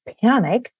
panic